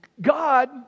God